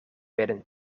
werden